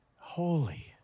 holy